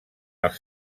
els